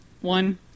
one